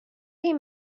این